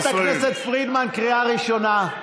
חברת הכנסת פרידמן, קריאה ראשונה.